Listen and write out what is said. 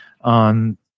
on